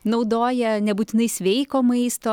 naudoja nebūtinai sveiko maisto